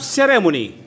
ceremony